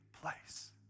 place